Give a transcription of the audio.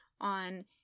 on